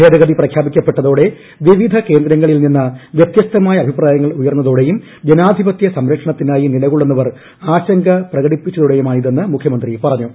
ഭേദഗതി പ്രഖ്യാപിക്കപ്പെട്ടതോടെ വിവിധ കേന്ദ്രങ്ങളിൽ നിന്ന് വ്യത്യസ്തമായ അഭിപ്രായങ്ങൾ ഉയർന്നതോടെയും ജനാധിപത്യ സംരക്ഷണത്തിനായി നിലക്കൊള്ളുന്നവർ ആശങ്ക പ്രകടിപ്പിച്ചതോടേയുമാണിതെന്ന് മുഖ്യമീന്ത്രി പറഞ്ഞു